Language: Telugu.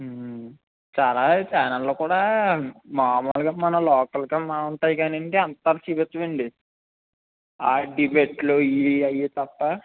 చాలా ఛానెల్లో కూడా మాములుగా మన లోకల్గా బాగుంటాయి కాని అండి అంతా చుపించవండి ఆ డిబెట్లు ఇవి అవి తప్పా